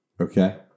Okay